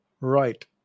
Right